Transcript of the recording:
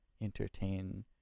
entertain